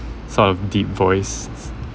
sort of deep voice